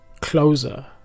closer